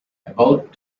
about